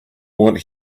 want